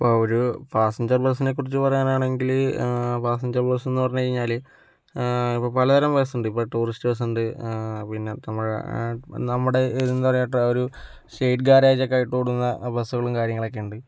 ഇപ്പോൾ ഒരു പാസഞ്ചർ ബസ്സിനെക്കുറിച്ച് പറയാനാണെങ്കിൽ പാസഞ്ചർ ബസ്സെന്ന് പറഞ്ഞു കഴിഞ്ഞാൽ ഇപ്പോൾ പലതരം ബസ്സുണ്ട് ഇപ്പോൾ ടൂറിസ്റ്റ് ബസ്സുണ്ട് പിന്നെ തമിഴ് നമ്മുടെ എന്താ പറയുക ഒരു ഷെയ്ഡ് ഗാരേജ് ആയിട്ടൊക്കെ ഓടുന്ന ബസ്സുകളും കാര്യങ്ങളൊക്കെയുണ്ട്